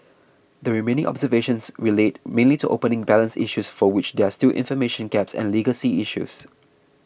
the remaining observations relate mainly to opening balance issues for which there are still information gaps and legacy issues